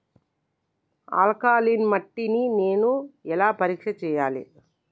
Alkaline మట్టి ని నేను ఎలా పరీక్ష చేయాలి?